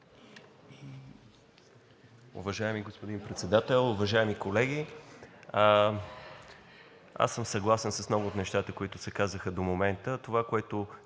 Уважаеми господин Председател, уважаеми колеги! Аз съм съгласен с много от нещата, които се казаха до момента.